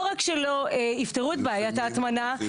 לא רק שלא יפתרו את בעיית ההטמנה,